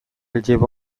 lleva